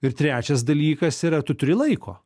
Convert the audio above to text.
ir trečias dalykas yra tu turi laiko